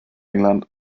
england